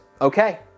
okay